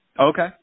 Okay